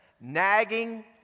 nagging